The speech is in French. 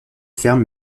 ferme